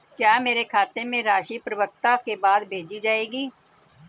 क्या मेरे खाते में राशि परिपक्वता के बाद भेजी जाएगी?